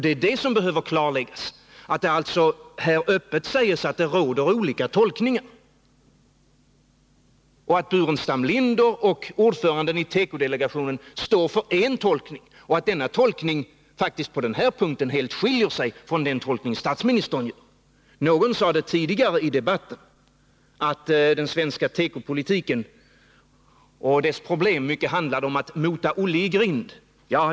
Det är detta som behöver klarläggas, att det öppet sägs att det råder olika tolkningar, dvs. att herr Burenstam Linder och ordföranden i tekodelegationen står för en tolkning och att denna tolkning på den här punkten helt skiljer sig från den tolkning som statsministern står för. Någon sade tidigare i debatten att den svenska tekopolitiken och dess problem mycket handlar om att mota Olle i grind.